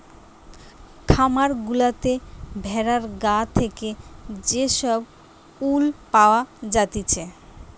খামার গুলাতে ভেড়ার গা থেকে যে সব উল পাওয়া জাতিছে